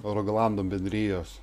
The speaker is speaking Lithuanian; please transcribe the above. rogalando bendrijos